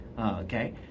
okay